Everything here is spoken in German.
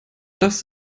das